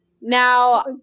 Now